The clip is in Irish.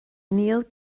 níl